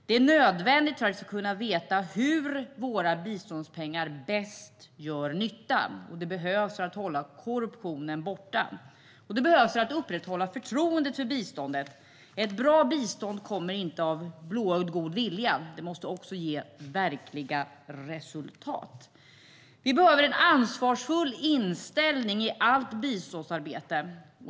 Det är nödvändigt för att vi ska kunna veta hur våra biståndspengar bäst gör nytta. Det behövs för att hålla korruptionen borta och upprätthålla förtroendet för biståndet. Ett bra bistånd kommer inte av blåögd god vilja. Det måste också ge verkliga resultat. Vi behöver en ansvarsfull inställning i allt biståndsarbete.